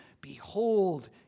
behold